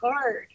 hard